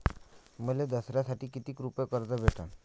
मले दसऱ्यासाठी कितीक रुपये कर्ज भेटन?